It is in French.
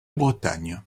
bretagne